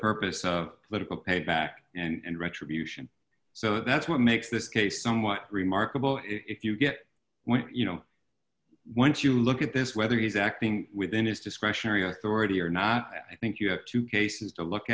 purpose of political payback and retribution so that's what makes this case somewhat remarkable if you get when you know once you look at this whether he's acting within his discretionary authority or not i think you have two cases to look